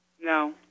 No